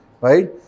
right